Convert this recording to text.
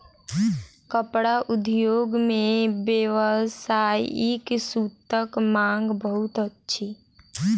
कपड़ा उद्योग मे व्यावसायिक सूतक मांग बहुत अछि